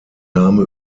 name